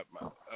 up